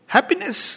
Happiness